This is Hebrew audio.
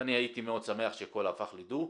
ואני הייתי מאוד שמח שהכול הפך לדו.